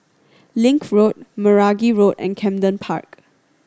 Link Road Meragi Road and Camden Park